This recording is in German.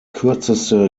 kürzeste